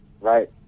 right